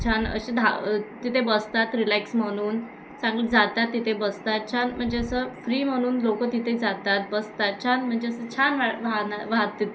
छान असे धा तिथे बसतात रिलॅक्स म्हणून चांगलं जातात तिथे बसतात छान म्हणजे असं फ्री म्हणून लोक तिथे जातात बसतात छान म्हणजे असं छान वा वाहन वाहत